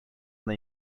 una